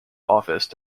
office